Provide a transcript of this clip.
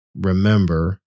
remember